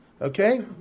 Okay